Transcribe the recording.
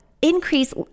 increase